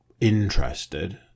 interested